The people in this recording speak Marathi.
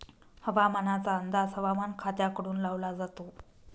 हवामानाचा अंदाज हवामान खात्याकडून लावला जातो